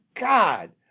God